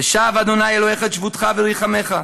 ושב ה' אלהיך את שבותך ורחמך",